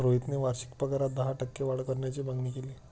रोहितने वार्षिक पगारात दहा टक्के वाढ करण्याची मागणी केली